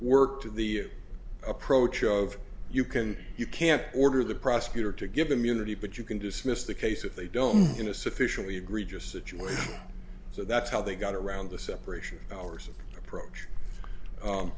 work to the approach of you can you can't order the prosecutor to give immunity but you can dismiss the case if they don't in a sufficiently egregious situation so that's how they got around the separation of powers of approach